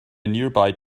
nearby